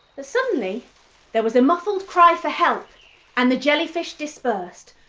but suddenly there was a muffled cry for help and the jellyfish dispersed.